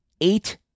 eight